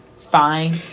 fine